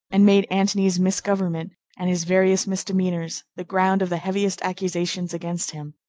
and made antony's misgovernment and his various misdemeanors the ground of the heaviest accusations against him.